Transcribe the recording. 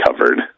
covered